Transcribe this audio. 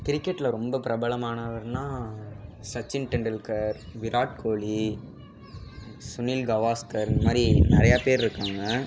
கிரிக்கெட்டில் ரொம்ப பிரபலமானவர்னால் சச்சின் டெண்டுல்கர் விராட் கோலி சுனில் கவாஸ்கர் இந்த மாதிரி நிறையா பேர் இருக்காங்கள்